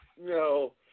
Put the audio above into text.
No